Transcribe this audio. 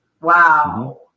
wow